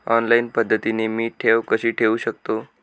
Online पद्धतीने मी ठेव कशी ठेवू शकतो?